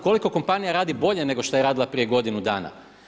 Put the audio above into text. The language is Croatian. Koliko kompanija radi bolje nego što je radila prije godinu dana.